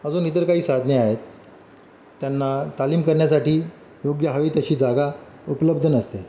अजून इतर काही साधने आहेत त्यांना तालीम करण्यासाठी योग्य हवी तशी जागा उपलब्ध नसते